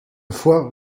foi